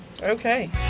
Okay